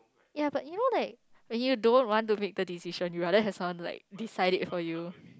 ya but you know like when you don't want to make the decision you rather have someone like decide it for you